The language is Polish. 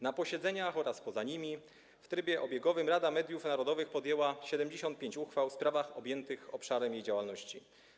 Na posiedzeniach oraz poza nimi w trybie obiegowym Rada Mediów Narodowych podjęła 75 uchwał w sprawach objętych obszarem jej działalności.